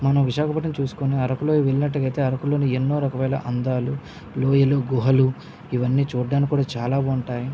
మనం విశాఖపట్నం చూసుకుని అరకులోయ వెళ్ళినట్టుగా అయితే అరకులోని ఎన్నో రకమైన అందాలు లోయలు గుహలు ఇవన్నీ చూడటానికి కూడా చాలా బాగుంటాయి